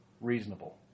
reasonable